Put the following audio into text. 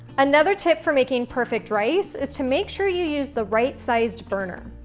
another tip for making perfect rice is to make sure you use the right-sized burner.